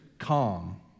calm